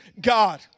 God